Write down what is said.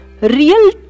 Real